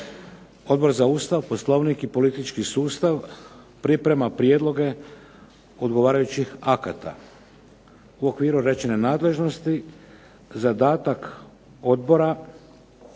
Odbora za Ustav, Poslovnik i politički sustav priprema prijedloge odgovarajućih akata. U okviru rečene nadležnosti zadatak odbora